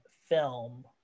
film